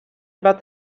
about